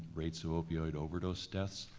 rates of opioid overdose deaths,